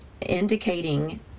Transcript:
indicating